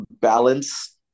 balance